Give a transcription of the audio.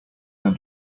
than